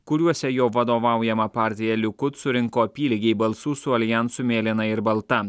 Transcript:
kuriuose jo vadovaujama partija likud surinko apylygiai balsų su aljansu mėlyna ir balta